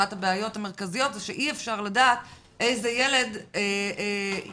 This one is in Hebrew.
אחת הבעיות המרכזיות היא שאי אפשר לדעת איזה ילד כן